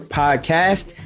podcast